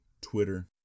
Twitter